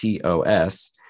TOS